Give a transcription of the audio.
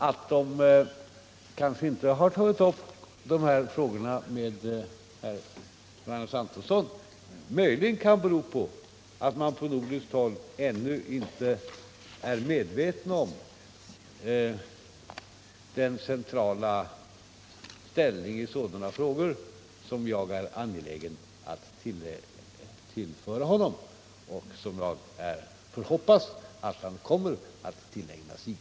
Att de inte tagit upp dessa frågor med Johannes Antonsson kan möjligen bero på att man på nordiskt håll ännu inte är medveten om vilken central ställning i dessa frågor som Johannes Antonsson har — jag är i varje fall angelägen att tillskriva honom en sådan och jag hoppas att han kommer att tillägna sig den.